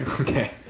Okay